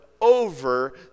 over